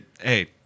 hey